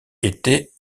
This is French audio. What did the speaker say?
était